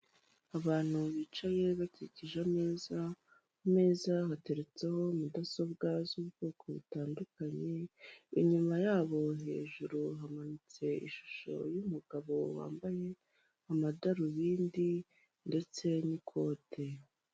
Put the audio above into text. Abantu bicaye bakikije ameza, ameza bateretseho ateretseho mudasobwa z'ubwoko butandukanye, inyuma yabo hejuru hamanitse ishusho y'umugabo wambaye amadarubindi ndetse n'ikote.